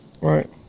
right